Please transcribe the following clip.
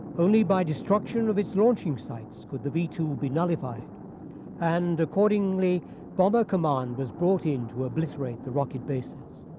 only by destruction of its launching sites would the v two be nullified and accordingly bomber command was brought in to obliterate the rocket bases.